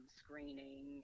screening